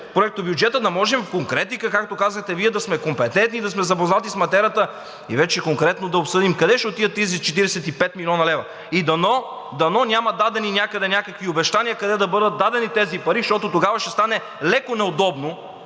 проектобюджета, да можем в конкретика, както казвате Вие, да сме компетентни и да сме запознати с материята, и вече конкретно да обсъдим къде ще отидат тези 45 млн. лв. И дано няма дадени някъде някакви обещания къде да бъдат дадени тези пари, защото тогава ще стане леко неудобно,